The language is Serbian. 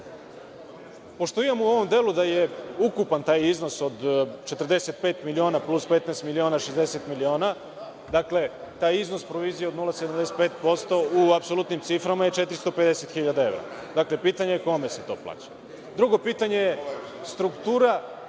Pošto imamo u ovom delu da je ukupan taj iznos od 45 miliona plus 15 miliona, 60 miliona, dakle, taj iznos provizije od 0,75% u apsolutnim ciframa je 450.000 evra. Dakle, pitanje je kome se to plaća? Drugo pitanje - struktura